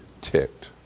ticked